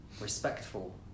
respectful